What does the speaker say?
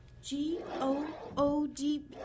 G-O-O-D-